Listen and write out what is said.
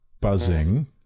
Buzzing